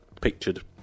pictured